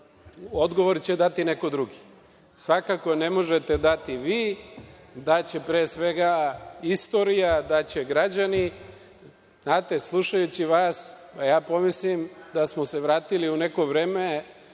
odgovor će dati neko drugi. Svakako ne možete dati vi, daće pre svega istorija, daće građani. Znate, slušajući vas, ja pomislim da smo se vratili u neko vreme